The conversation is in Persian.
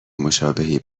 مشابهی